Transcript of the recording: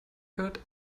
hört